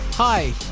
Hi